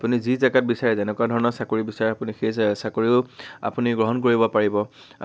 আপুনি যি জেগাত বিচাৰে যেনেকুৱা ধৰণৰ চাকৰি বিচাৰে আপুনি সেই যে চাকৰিও আপুনি গ্ৰহণ কৰিব পাৰিব